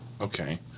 Okay